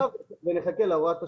--- ונחכה להוראת השעה,